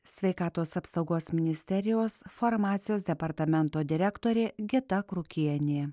sveikatos apsaugos ministerijos farmacijos departamento direktorė gita krukienė